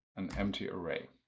an empty array.